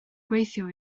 gweithio